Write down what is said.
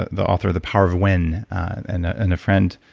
ah the author of the power of when and a friend,